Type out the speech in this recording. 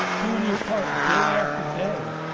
doing your part day after day,